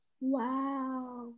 Wow